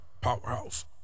powerhouse